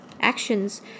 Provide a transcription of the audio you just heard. actions